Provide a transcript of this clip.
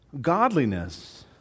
Godliness